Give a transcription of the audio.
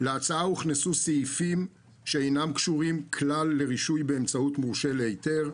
להצעה הוכנסו סעיפים שאינם קשורים כלל לרישוי באמצעות מורשה להיתר,